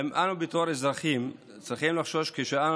האם אנו בתור אזרחים צריכים לחשוש כשאנו